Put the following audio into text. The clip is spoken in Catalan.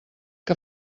que